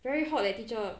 very hot leh teacher